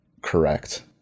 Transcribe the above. correct